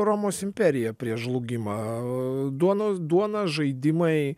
romos imperija prieš žlugimą duonos duona žaidimai